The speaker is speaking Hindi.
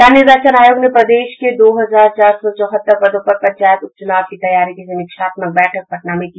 राज्य निर्वाचन आयोग ने प्रदेश के दो हजार चार सौ चौहत्तर पदों पर पंचायत उप चुनाव की तैयारी की समीक्षात्मक बैठक पटना में की